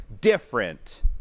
different